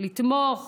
לתמוך